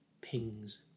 pings